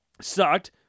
sucked